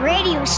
Radio